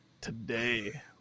today